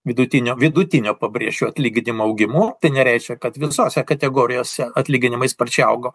vidutinio vidutinio pabrėšiu atlyginimo augimu tai nereiškia kad visose kategorijose atlyginimai sparčiai augo